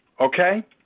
okay